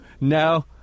no